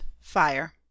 Fire